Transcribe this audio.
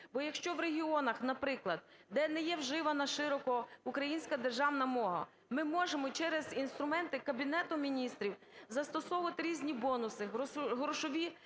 Бо якщо в регіонах, наприклад, де не є вживана широко українська державна мова, ми можемо через інструменти Кабінету Міністрів застосовувати різні бонуси, грошові